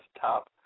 top